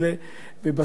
כשצריכים להצטדק,